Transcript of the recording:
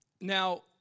Now